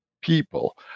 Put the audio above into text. people